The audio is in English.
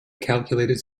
calculated